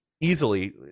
easily